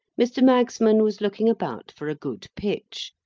mr. magsman was looking about for a good pitch,